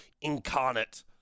incarnate